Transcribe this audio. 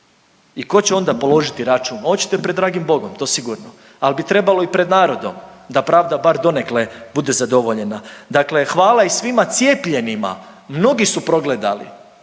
i ko će onda položiti račun, oćete pred dragim Bogom to sigurno, al bi trebalo i pred narodom da pravda bar donekle bude zadovoljena. Dakle hvala i svima cijepljenima, mnogi su progledali,